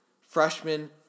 Freshman